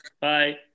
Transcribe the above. Bye